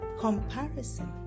Comparison